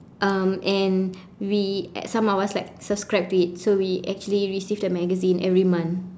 um and we some of us like subscribe to it so we actually received the magazine every month